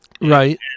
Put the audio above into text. right